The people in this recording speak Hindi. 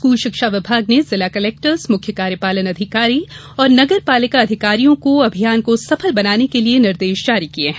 स्कूल शिक्षा विभाग ने जिला कलेक्टर्स मुख्य कार्यपालन अधिकारी और नगरपालिका अधिकारियों को अभियान को सफल बनाने के लिये निर्देश जारी किये हैं